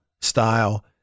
style